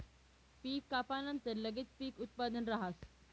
पीक कापानंतर लगेच पीक उत्पादन राहस